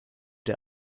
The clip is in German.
der